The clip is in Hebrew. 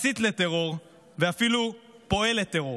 מסית לטרור ואפילו פועל לטרור.